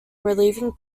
relieving